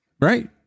right